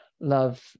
love